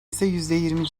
ise